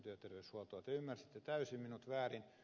te ymmärsitte täysin minut väärin